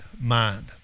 mind